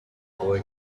boy